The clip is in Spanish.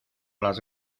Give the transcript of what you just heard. las